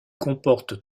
comporte